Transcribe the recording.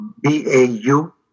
B-A-U